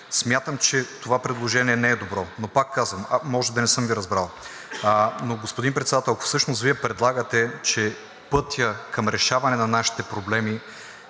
смятам, че това предложение не е добро. Но пак казвам: може да не съм Ви разбрал. Но, господин Председател, ако всъщност Вие предлагате, че пътят към решаване на нашите проблеми